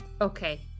Okay